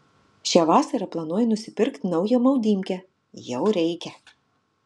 šią vasarą planuoju nusipirkt naują maudymkę jau reikia